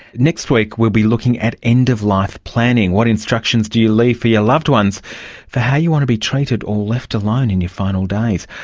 next week we'll be looking at end-of-life planning. what instructions do you leave for your loved ones for how you want to be treated or left alone in your final days?